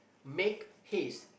make his